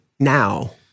now